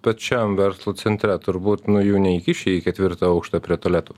pečiam verslo centre turbūt nu jų neįkiši į ketvirtą aukštą prie tuoletų